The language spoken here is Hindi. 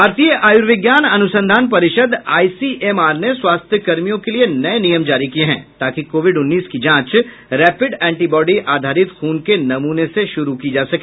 भारतीय आयूर्विज्ञान अनुसंधान परिषद आईसीएमआर ने स्वास्थ्यकर्मियों के लिए नये नियम जारी किये हैं ताकि कोविड उन्नीस की जांच रैपिड एंटीबॉडी आधारित खून के नमूने से शुरू की जा सके